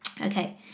Okay